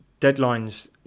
deadlines